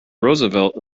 roosevelt